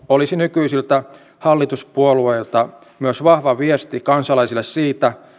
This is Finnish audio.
olisi nykyisiltä hallituspuolueilta myös vahva viesti kansalaisille siitä